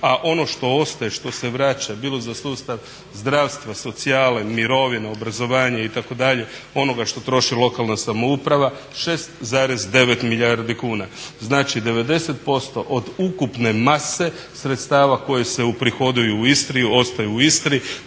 a ono što ostaje, što se vraća bilo za sustav zdravstva, socijale, mirovina, obrazovanje itd. onoga što troši lokalna samouprava 6,9 milijardi kuna. Znači, 90% od ukupne mase sredstava koji se uprihoduju u Istri ostaju u Istri,